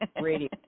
radio